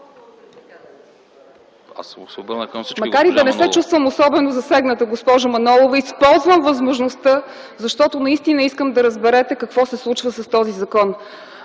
Макар и да не се чувствам особено засегната, госпожо Манолова, използвам възможността, защото искам да разберете какво се случва с този закон.